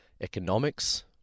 economics